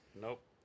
Nope